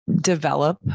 develop